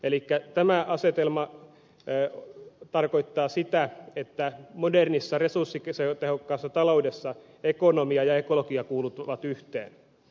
elikkä tämä asetelma tarkoittaa sitä että modernissa resurssitehokkaassa taloudessa ekonomia ja ekologia kuuluvat yhteen